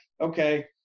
okay